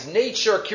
nature